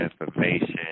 information